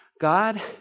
God